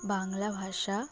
বাংলা ভাষা